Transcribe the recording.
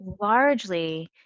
largely